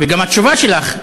וגם התשובה שלך,